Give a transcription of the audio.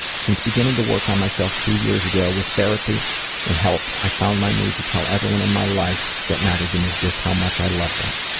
since beginning to work on myself two years ago with therapy and help, i've found my need to tell everyone in my life that mattered to me just how much i love them.